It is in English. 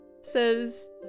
says